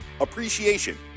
Appreciation